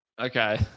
Okay